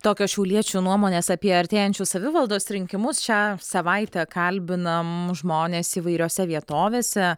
tokios šiauliečių nuomonės apie artėjančius savivaldos rinkimus šią savaitę kalbinam žmones įvairiose vietovėse